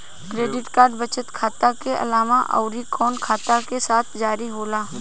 Debit card बचत खाता के अलावा अउरकवन खाता के साथ जारी होला?